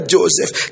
Joseph